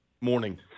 Morning